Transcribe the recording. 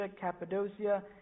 Cappadocia